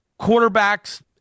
quarterbacks –